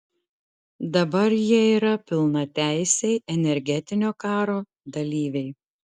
dabar jie yra pilnateisiai energetinio karo dalyviai